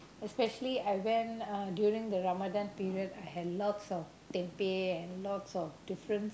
especially I went uh during the Ramadan period I had lots of tempeh and lots of different